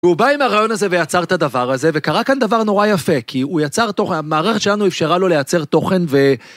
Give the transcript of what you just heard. הוא בא עם הרעיון הזה ויצר את הדבר הזה וקרה כאן דבר נורא יפה כי הוא יצר תוכן, המערכת שלנו אפשרה לו לייצר תוכן ו...